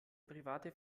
private